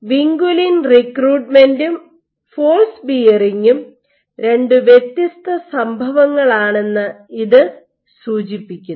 vinculin റിക്രൂട്ട്മെന്റും force ബിയറിങ്ങും രണ്ട് വ്യത്യസ്ത സംഭവങ്ങളാണെന്ന് ഇത് സൂചിപ്പിക്കുന്നു